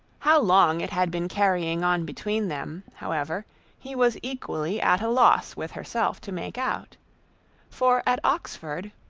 how long it had been carrying on between them, however he was equally at a loss with herself to make out for at oxford,